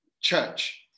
Church